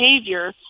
behavior